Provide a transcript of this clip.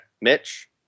Mitch